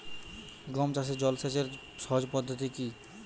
গম চাষে জল সেচের সহজ পদ্ধতি কি?